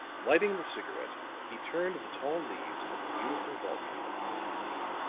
lighting the cigarette, he turned the tall leaves of the beautiful volume upon his knee.